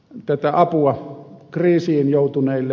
tätä apua kriisiin joutuneille